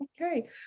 Okay